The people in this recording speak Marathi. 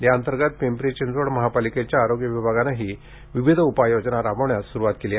या अंतर्गत पिंपरी चिंचवड महापालिकेच्या आरोग्य विभागानेही विविध उपाय योजना राबवण्यास सुरुवात केली आहे